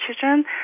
children